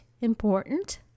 important